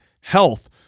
health